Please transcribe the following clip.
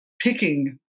picking